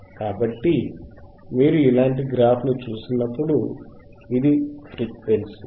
కాబట్టి మీరు ఇలాంటి గ్రాఫ్ను చూసినప్పుడు ఇది ఫ్రీక్వెన్సీ